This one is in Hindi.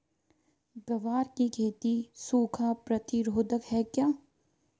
ग्वार की खेती सूखा प्रतीरोधक है क्या?